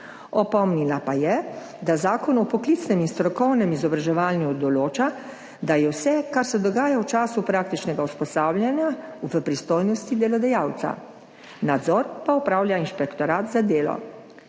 Opomnila pa je, da Zakon o poklicnem in strokovnem izobraževanju določa, da je vse, kar se dogaja v času praktičnega usposabljanja, v pristojnosti delodajalca, nadzor pa opravlja Inšpektorat za delo.